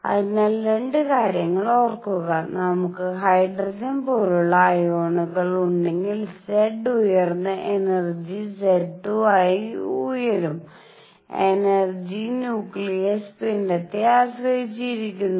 അതിനാൽ 2 കാര്യങ്ങൾ ഓർക്കുക നമുക്ക് ഹൈഡ്രജൻ പോലുള്ള അയോണുകൾ ഉണ്ടെങ്കിൽ Z ഉയർന്ന എനർജി Z2 ആയി ഉയരും എനെർജിയും ന്യൂക്ലിയസ് പിണ്ഡത്തെ ആശ്രയിച്ചിരിക്കുന്നു